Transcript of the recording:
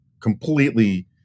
completely